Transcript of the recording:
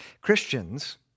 Christians